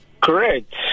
Correct